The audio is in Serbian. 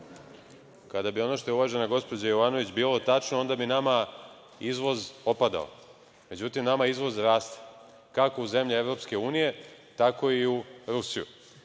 Kada bi ono što je uvažena gospođa Jovanović bilo tačno, onda bi nama izvoz opadao. Međutim, nama izvoz raste, kako u zemlje EU, tako i u